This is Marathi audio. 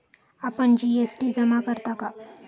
आपण जी.एस.टी जमा करता का?